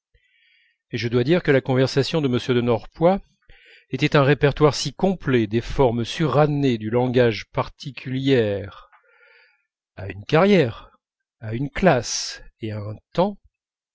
et je dois dire que la conversation de m de norpois était un répertoire si complet des formes surannées du langage particulières à une carrière à une classe et à un temps